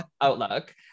outlook